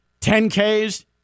10Ks